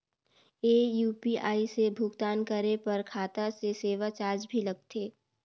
ये यू.पी.आई से भुगतान करे पर खाता से सेवा चार्ज भी लगथे?